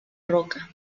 roca